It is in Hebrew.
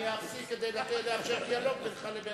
אני אפסיק כדי לאפשר דיאלוג בינך לבין